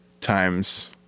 times